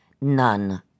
None